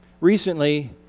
Recently